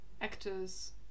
actors